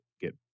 get